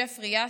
ג'פרי יאס,